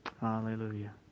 Hallelujah